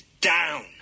down